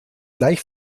gleich